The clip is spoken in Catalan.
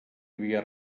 havia